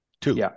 two